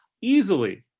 easily